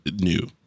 new